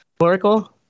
Oracle